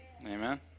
Amen